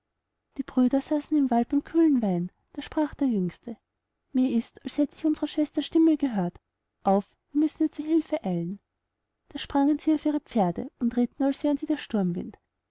die brüder saßen im wald beim kühlen wein da sprach der jüngste mir ist als hätt ich unserer schwester stimme gehört auf wir müssen ihr zu hülfe eilen da sprangen sie auf ihre pferde und ritten als wären sie der sturmwind